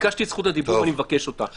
ביקשתי את זכות הדיבור, אני מבקש אותה.